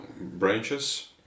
branches